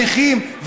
הנכים,